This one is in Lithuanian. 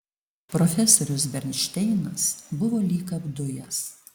profesorius bernšteinas buvo lyg apdujęs